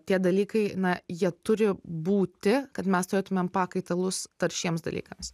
tie dalykai na jie turi būti kad mes turėtumėm pakaitalus taršiems dalykams